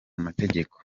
mategeko